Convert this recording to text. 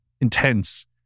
intense